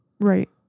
Right